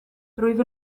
rwyf